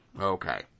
Okay